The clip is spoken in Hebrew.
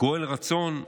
גואל רצון,